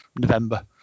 November